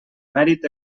mèrit